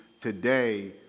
today